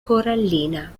corallina